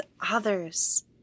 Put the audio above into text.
others